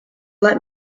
let